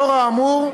לאור האמור,